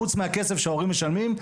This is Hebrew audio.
חוץ מהכסף שההורים משלמים,